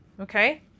Okay